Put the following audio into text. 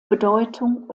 bedeutung